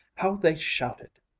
how they shouted!